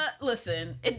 Listen